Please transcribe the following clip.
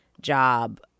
job